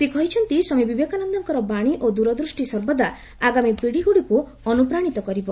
ସେ କହିଛନ୍ତି ସ୍ୱାମୀ ବିବେକାନନ୍ଦଙ୍କର ବାଣୀ ଓ ଦୂରଦୃଷ୍ଟି ସର୍ବଦା ଆଗାମୀ ପୀଢ଼ିଗୁଡ଼ିକୁ ଅନୁପ୍ରାଣୀତ କରିବ